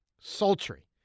sultry